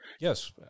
Yes